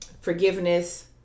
Forgiveness